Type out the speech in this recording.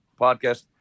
podcast